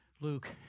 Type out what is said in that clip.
Luke